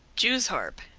jews-harp,